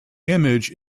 image